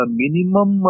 minimum